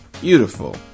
beautiful